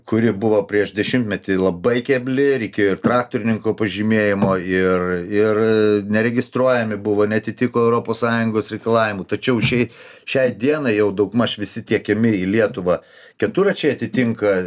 kuri buvo prieš dešimtmetį labai kebli reikėjo ir traktorininko pažymėjimo ir ir neregistruojami buvo neatitiko europos sąjungos reikalavimų tačiau šiai šiai dienai jau daugmaž visi tiekiami į lietuvą keturračiai atitinka